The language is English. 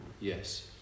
Yes